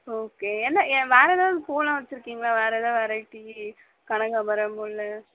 okay என்ன ஏ வேறு ஏதாவது பூவெல்லாம் வச்சுருக்கீங்களா வேறு ஏதாவது வெரைட்டி கனகாம்பரம் முல்லை